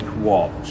watch